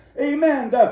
Amen